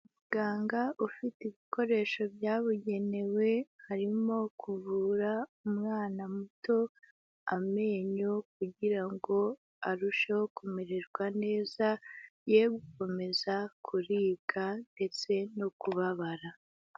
Umuganga ufite ibikoresho byabugenewe arimo kuvura umwana muto amenyo kugira ngo arusheho kumererwa neza, ye gukomeza kuribwa ndetse no kubabara.